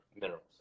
minerals